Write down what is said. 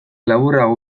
laburrago